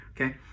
Okay